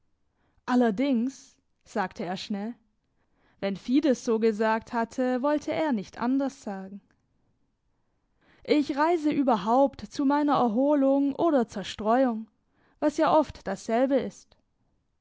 allerdings sagte er schnell wenn fides so gesagt hatte wollte er nicht anders sagen ich reise überhaupt zu meiner erholung oder zerstreuung was ja oft dasselbe ist